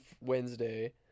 Wednesday